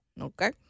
Okay